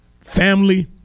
family